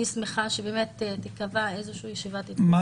אני שמחה שתיקבע ישיבת המשך.